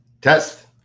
test